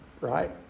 right